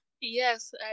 yes